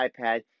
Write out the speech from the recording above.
iPad